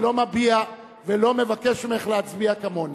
ולא מביע ולא מבקש ממך להצביע כמוני.